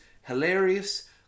hilarious